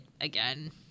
again